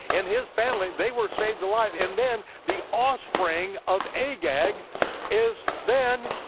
and his family, they were saved alive, and then the offspring of agag is then,